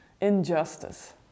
Injustice